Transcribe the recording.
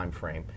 timeframe